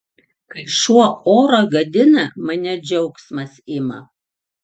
kai šuo orą gadina mane džiaugsmas ima